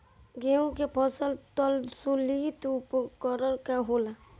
गेहूं के फसल संतुलित उर्वरक का होला?